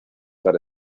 para